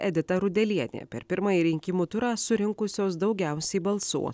edita rudelienė per pirmąjį rinkimų turą surinkusios daugiausiai balsų